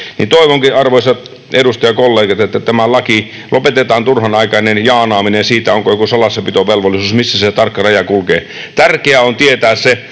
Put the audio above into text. Toivonkin, arvoisat edustajakollegat, että lopetetaan turhanaikainen jaanaaminen siitä, onko joku salassapitovelvollisuus, missä se tarkka raja kulkee.